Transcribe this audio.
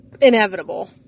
inevitable